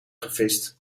gevist